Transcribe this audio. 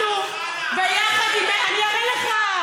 אני אראה לך.